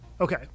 Okay